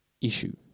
issue